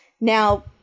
now